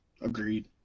Agreed